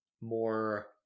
more